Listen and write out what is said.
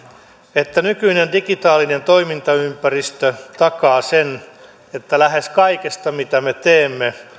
että nykyinen digitaalinen toimintaympäristö takaa sen että lähes kaikesta mitä me teemme